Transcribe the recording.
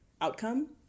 outcome